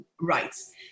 rights